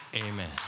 Amen